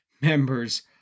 members